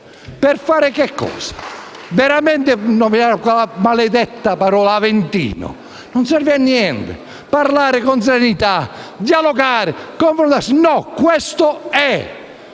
senatore Pepe)*. Veramente vorrei dire quella maledetta parola: Aventino. Non serve a niente parlare con serenità, dialogare e confrontarsi. No, questo è